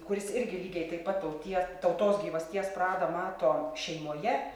kuris irgi lygiai taip pat tautie tautos gyvasties pradą mato šeimoje